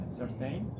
certain